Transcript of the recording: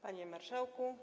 Panie Marszałku!